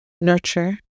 nurture